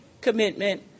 commitment